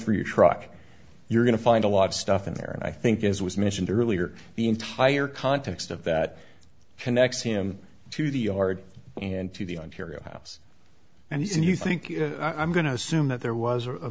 for your truck you're going to find a lot of stuff in there and i think as was mentioned earlier the entire context of that connects him to the yard and to the ontario house and he said you think you know i'm going to assume that there was a